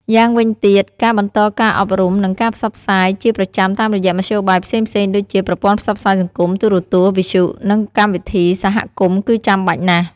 យ៉ាងវិញទៀត ការបន្តការអប់រំ និងការផ្សព្វផ្សាយជាប្រចាំតាមរយៈមធ្យោបាយផ្សេងៗដូចជា ប្រព័ន្ធផ្សព្វផ្សាយសង្គម ទូរទស្សន៍ វិទ្យុ និងកម្មវិធីសហគមន៍ គឺចាំបាច់ណាស់។